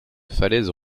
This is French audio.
falaises